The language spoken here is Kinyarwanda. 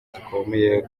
zikomeye